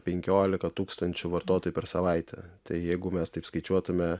penkiolika tūkstančių vartotojų per savaitę tai jeigu mes taip skaičiuotume